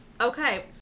Okay